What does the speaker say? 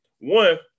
One